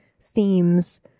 themes